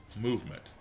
movement